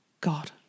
God